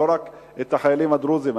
לא רק את החיילים הדרוזים.